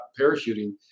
parachuting